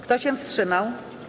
Kto się wstrzymał?